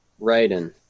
Raiden